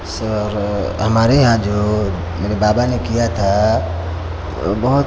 sir हमारे यहाँ जो मेरे बाबा ने किया था ओ बहुत